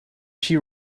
she